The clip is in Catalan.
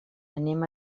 anem